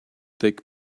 thick